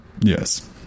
yes